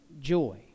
joy